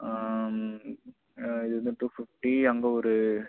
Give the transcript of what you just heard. இது வந்து two fifty அங்கே ஒரு